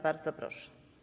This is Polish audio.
Bardzo proszę.